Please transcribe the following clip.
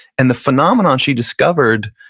and the phenomenon she discovered,